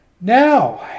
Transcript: Now